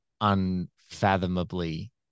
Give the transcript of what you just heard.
unfathomably